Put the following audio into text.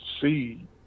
see